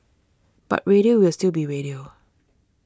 but radio will still be radio